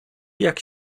jak